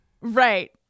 Right